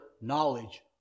knowledge